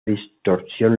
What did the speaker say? distorsión